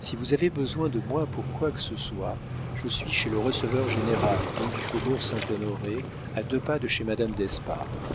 si vous avez besoin de moi pour quoi que ce soit je suis chez le receveur-général rue du faubourg-saint-honoré à deux pas de chez madame d'espard